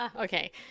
Okay